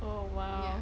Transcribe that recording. oh !wow!